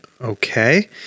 Okay